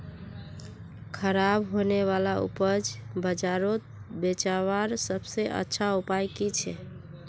ख़राब होने वाला उपज बजारोत बेचावार सबसे अच्छा उपाय कि छे?